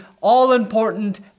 all-important